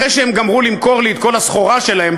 אחרי שהם גמרו למכור לי את כל הסחורה שלהם,